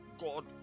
God